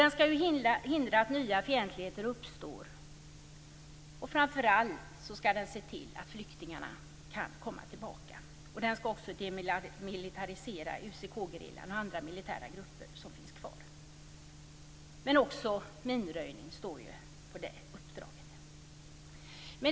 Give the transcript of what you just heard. Den skall hindra att nya fientligheter uppstår. Framför allt skall den se till att flyktingarna kan komma tillbaka. Den skall också demilitarisera UCK-gerillan och andra militära grupper som finns kvar. Men också minröjning står ju på det uppdraget.